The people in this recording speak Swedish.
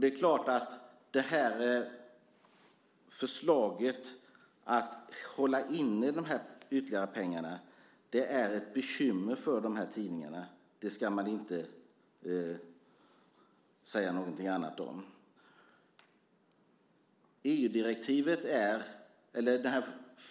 Det är klart att förslaget att hålla inne de ytterligare pengarna är ett bekymmer för de här tidningarna. Det kan man inte säga någonting annat om.